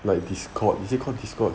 like discord is it called discord